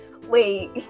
Wait